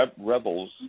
Rebels